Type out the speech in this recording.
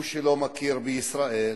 הוא שלא מכיר בישראל,